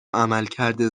عملکرد